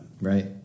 Right